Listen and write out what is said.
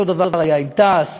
אותו דבר היה עם תע"ש.